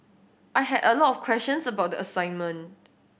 I had a lot of questions about the assignment